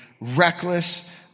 reckless